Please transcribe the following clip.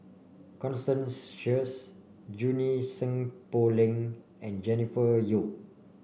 Constance Sheares Junie Sng Poh Leng and Jennifer Yeo